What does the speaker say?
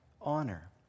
Honor